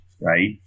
right